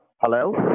Hello